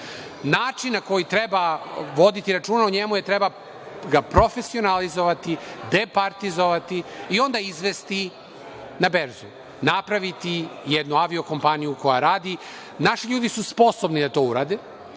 Način na koji treba voditi računa o njemu, treba ga profesionalizovati, departizovati i onda izvesti na Berzu. Napraviti jednu avio kompaniju koja radi. Naši ljudi su sposobni da to urade,